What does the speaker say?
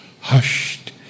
hushed